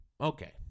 okay